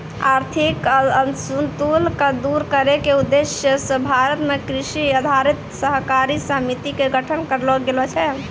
आर्थिक असंतुल क दूर करै के उद्देश्य स भारत मॅ कृषि आधारित सहकारी समिति के गठन करलो गेलो छै